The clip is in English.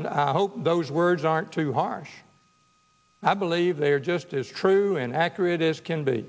i hope those words aren't too harsh i believe they are just as true and accurate as can be